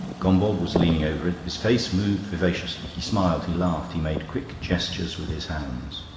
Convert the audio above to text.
gombauld was leaning over it his face moved vivaciously he smiled, he laughed, he made quick gestures with his hands.